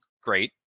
great